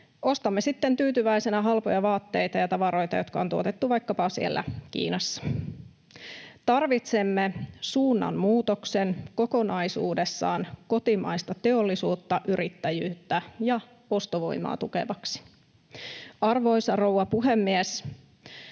Ostamme sitten tyytyväisenä halpoja vaatteita ja tavaroita, jotka on tuotettu vaikkapa siellä Kiinassa. Tarvitsemme suunnanmuutoksen kokonaisuudessaan kotimaista teollisuutta, yrittäjyyttä ja ostovoimaa tukevaksi. Arvoisa rouva puhemies!